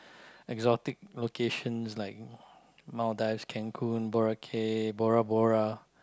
exotic locations like Maldives cancun Boracay Bora Bora